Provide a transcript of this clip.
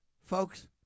Folks